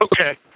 Okay